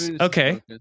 Okay